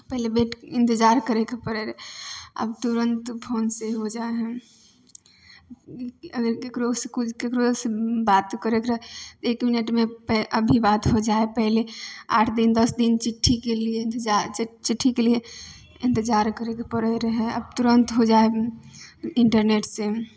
पहिले वेट इन्तजार करयके पड़य रहय आब तुरन्त फोनसँ हो जा हइ अगर ककरो से किछु ककरोसँ बातो करैके रहै हइ तऽ एक मिनटमे पै अभी बात हो जा हइ पहिले आठ दिन दस दिन चिट्ठीके लिए इन्तजार चिट्ठीके लिए इन्तजार करयके पड़ै रहै आब तुरन्त हो जा हइ इन्टरनेटसँ